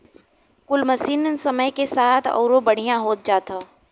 कुल मसीन समय के साथ अउरो बढ़िया होत जात हौ